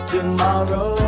Tomorrow